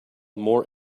more